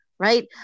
Right